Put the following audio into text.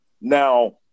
Now